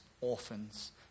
orphans